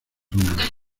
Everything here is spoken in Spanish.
húmedos